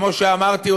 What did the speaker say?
כמו שאמרתי,